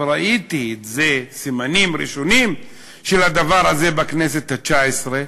וראיתי סימנים ראשונים של הדבר הזה בכנסת התשע-עשרה: